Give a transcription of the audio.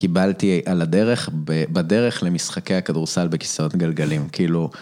קיבלתי על הדרך, בדרך למשחקי הכדורסל בכיסאות גלגלים.